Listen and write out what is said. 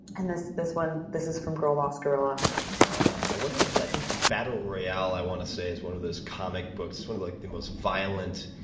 and this this one, this is from girl boss guerrilla. ah, i wonder if, i think, battle royale i want to say is one of those comic books, one of like the most violent